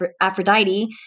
Aphrodite